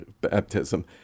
baptism